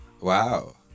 Wow